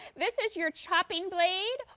this is your chopping blade,